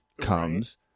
comes